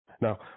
Now